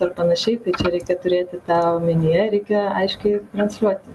ar panašiai tai čia reikia turėti tą omenyje reikia aiškiai transliuoti